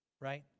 right